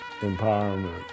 empowerment